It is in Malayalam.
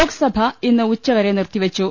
ലോക്സഭ ഇന്ന് ഉച്ചവരെ നിർത്തിവെച്ചു